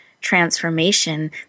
transformation